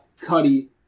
Cuddy